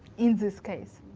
in this case,